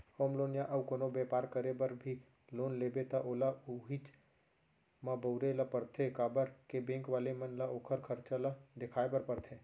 home loan या अउ कोनो बेपार करे बर भी लोन लेबे त ओला उहींच म बउरे ल परथे काबर के बेंक वाले मन ल ओखर खरचा ल देखाय बर परथे